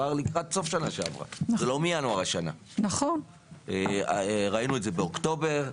זה לא מינואר השנה, ראינו את זה באוקטובר.